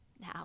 Now